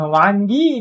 wangi